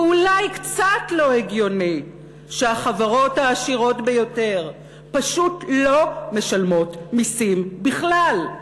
ואולי קצת לא הגיוני שהחברות העשירות ביותר פשוט לא משלמות מסים בכלל,